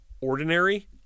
ordinary